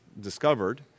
discovered